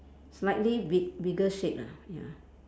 slightly big bigger shade ah ya